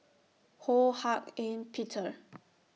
Ho Hak Ean Peter